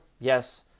Yes